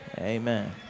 Amen